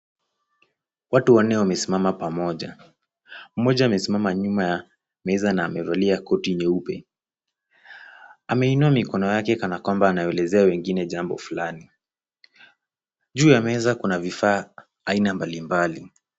Watu wanne wamesimama pamoja. Mmoja amesimama nyuma ya meza na amevalia koti nyeupe. Ameinua mikono yake kana kwamba anaelezea wengine jambo fulani. Juu ya meza kuna vifaa aina mbalimbali.